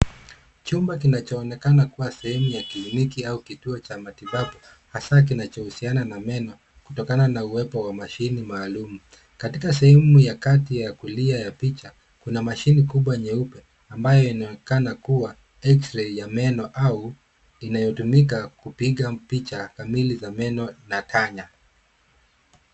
Chumba kinachoonekana kuwa sehemu ya kliniki au kituo cha matibabu hasa kinachohusiana na meno kutokana na uwepo wa machine maalum. Katika sehemu ya kati ya kulia ya picha kuna machine kubwa nyeupe ambayo inaonekana kuwa X-ray ya meno au inayotumika kupiga picha kamili za meno na tanya.